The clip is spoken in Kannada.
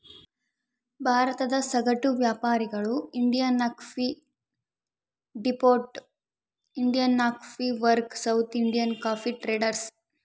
ಭಾರತದ ಸಗಟು ವ್ಯಾಪಾರಿಗಳು Indian coffee depot, Indian coffee works, South Indian coffee traders